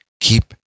Keep